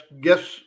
guess